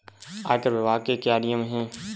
आयकर विभाग के क्या नियम हैं?